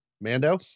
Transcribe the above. Mando